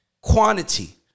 quantity